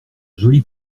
jolie